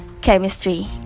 chemistry